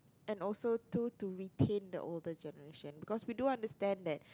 and also do to retain the older generation because we do understand that